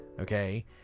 Okay